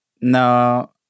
No